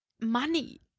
money